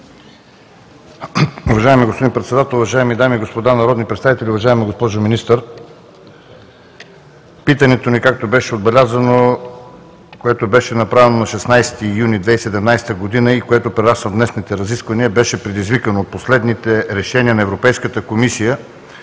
Уважаеми господин Председател, уважаеми дами и господа народни представители! Уважаема госпожо Министър, питането ни, както беше отбелязано, което беше направено на 16 юни 2017 г. и което прераства в днешните разисквания, беше предизвикано от последните решения на Европейската комисия